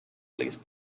police